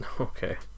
Okay